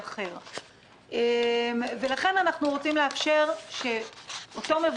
לכן אנחנו רוצים לאפשר שאותו מבוטח יוכל להיות מופטר